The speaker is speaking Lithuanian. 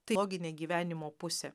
tai loginė gyvenimo pusė